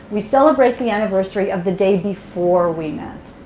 we celebrate the anniversary of the day before we met.